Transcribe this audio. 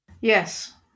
Yes